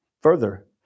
Further